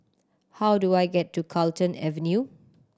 how do I get to Carlton Avenue